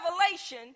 revelation